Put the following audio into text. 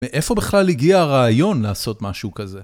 מאיפה בכלל הגיע הרעיון לעשות משהו כזה?